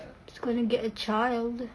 she's going to get a child